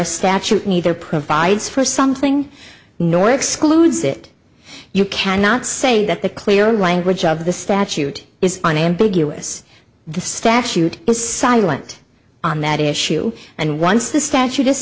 a statute neither provides for something nor excludes it you cannot say that the clear language of the statute is unambiguous the statute is silent on that issue and once the statute